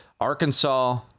Arkansas